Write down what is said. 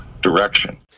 direction